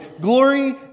Glory